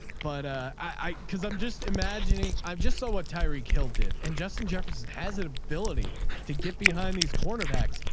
but i, cause i'm just imagining. i'm just so what tyree killed did, and justin jefferson has an ability to get behind these quarterbacks.